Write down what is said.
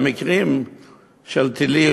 במקרים של טילים,